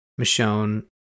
Michonne